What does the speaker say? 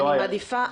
אני מציעה,